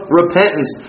repentance